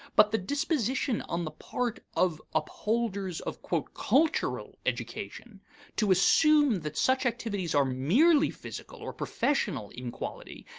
but the disposition on the part of upholders of cultural education to assume that such activities are merely physical or professional in quality,